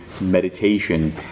meditation